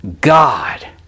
God